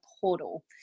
portal